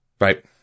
Right